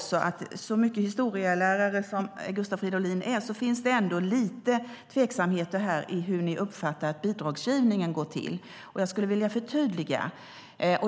Så mycket historielärare som Gustav Fridolin är finns det ändå lite tveksamheter när det gäller hur ni uppfattar att bidragsgivningen går till. Jag skulle vilja förtydliga.